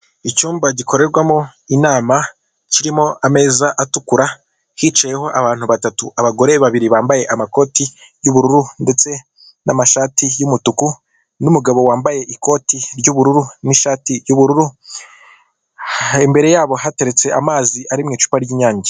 Ucyumba gikorerwamo inama kirimo ameza atukura, hicayeho abantu batatu, abagore babiri bambaye amakoti y'ubururu ndetse n'amashati y'umutuku, n'umugabo wambaye ikoti ry'ubururu n'ishati y'ubururu, imbere yabo hateretse amazi ari mu icupa ry'inyange.